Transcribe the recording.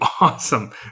awesome